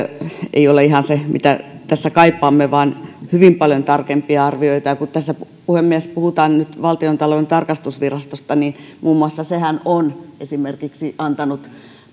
ei ole välttämättä ihan se mitä tässä kaipaamme vaan kaipaamme hyvin paljon tarkempia arvioita ja kun tässä puhemies puhutaan nyt valtiontalouden tarkastusvirastosta niin sehän on antanut